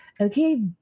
okay